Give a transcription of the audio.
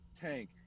Tank